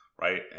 Right